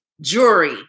jewelry